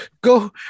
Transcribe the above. Go